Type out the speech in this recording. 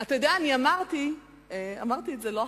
אמרתי לא אחת,